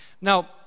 Now